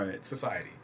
society